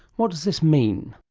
what does this mean?